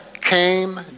came